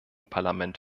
parlament